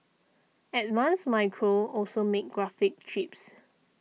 advanced Micro also makes graphics chips